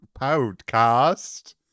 podcast